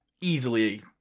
easily